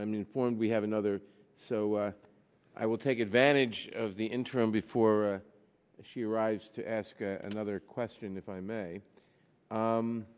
new form we have another so i will take advantage of the interim before she arrives to ask another question if i may